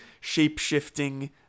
shape-shifting